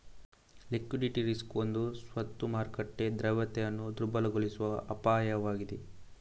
liquidity risk ಒಂದು ಸ್ವತ್ತು ಮಾರುಕಟ್ಟೆ ದ್ರವ್ಯತೆಯನ್ನು ದುರ್ಬಲಗೊಳಿಸುವ ಅಪಾಯವಾಗಿದೆ